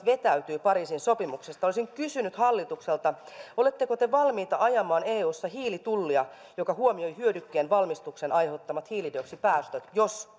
vetäytyy pariisin sopimuksesta olisin kysynyt hallitukselta oletteko te valmiita ajamaan eussa hiilitullia joka huomioi hyödykkeen valmistuksen aiheuttamat hiilidioksidipäästöt jos